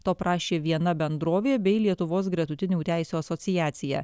to prašė viena bendrovė bei lietuvos gretutinių teisių asociacija